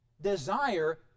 desire